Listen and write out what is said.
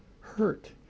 hurt